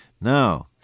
Now